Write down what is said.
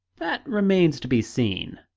that remains to be seen.